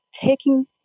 taking